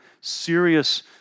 serious